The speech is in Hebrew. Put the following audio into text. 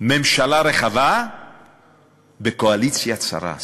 ממשלה רחבה בקואליציה צרה.